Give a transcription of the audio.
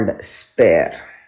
Spare